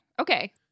Okay